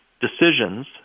decisions